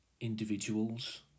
individuals